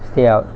stay out